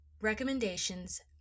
recommendations